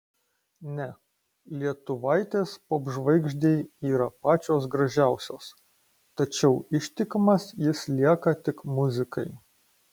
ne lietuvaitės popžvaigždei yra pačios gražiausios tačiau ištikimas jis lieka tik muzikai